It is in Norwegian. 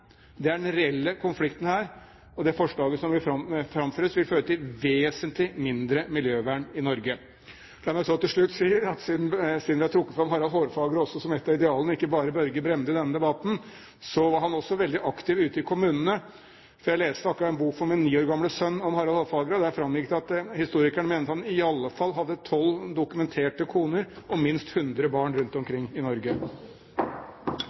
Det er den reelle konflikten her. Det forslaget som framføres, vil føre til vesentlig mindre miljøvern i Norge. La meg til slutt si at siden vi har trukket fram Harald Hårfagre også som et av idealene – ikke bare Børge Brende – i denne debatten, var han også veldig aktiv ute i kommunene. Jeg leste akkurat en bok for min ni år gamle sønn om Harald Hårfagre, og der framgikk det at historikeren mente at han i alle fall hadde tolv dokumenterte koner og minst 100 barn rundt omkring i Norge.